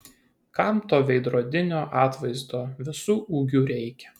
kam to veidrodinio atvaizdo visu ūgiu reikia